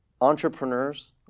Entrepreneurs